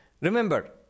Remember